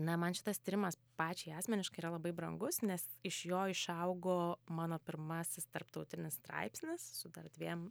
na man šitas tyrimas pačiai asmeniškai yra labai brangus nes iš jo išaugo mano pirmasis tarptautinis straipsnis su dar dviem